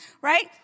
right